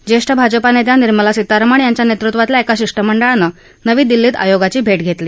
ज्येष्ठ भाजपा नेत्या निर्मला सीतारमण यांच्या नेतृत्वात एका शिष्टमंडळानं नवी दिल्लीत आयोगाची भेट घेतली